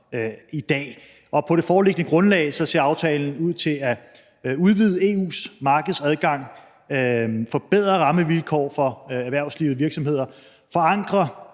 i dag. På det foreliggende grundlag ser aftalen ud til at udvide EU's markedsadgang, forbedre rammevilkår for erhvervsliv og virksomheder, forankre